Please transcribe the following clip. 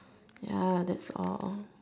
ya that's all